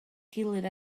gilydd